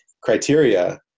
criteria